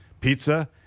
Pizza